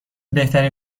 بهترین